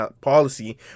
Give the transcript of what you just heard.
policy